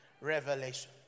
revelation